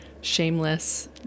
shameless